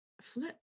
flip